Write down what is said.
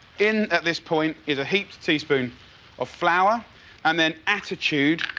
in at this point is a heaped teaspoon of flour and then attitude,